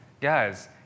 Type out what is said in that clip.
Guys